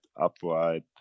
upright